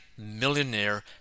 Millionaire